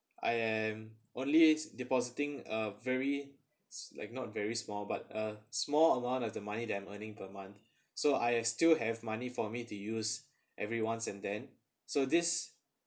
I am only depositing a very like not very small but a small amount of the money that I'm earning per month so I still have money for me to use every once and then so this